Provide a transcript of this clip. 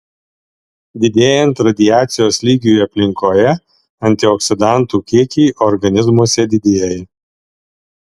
didėjant radiacijos lygiui aplinkoje antioksidantų kiekiai organizmuose didėja